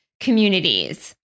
communities